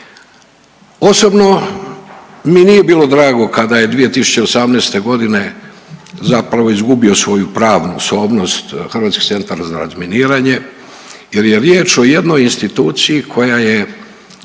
Osobno mi nije bilo drago kada je 2018.g. zapravo izgubio svoju pravnu osobnost Hrvatski centar za razminiranje jer je riječ o jednoj instituciji koja je